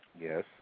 yes